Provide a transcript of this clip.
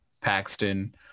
Paxton